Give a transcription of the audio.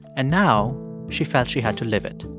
and now she felt she had to live it.